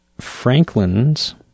Franklin's